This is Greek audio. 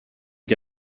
και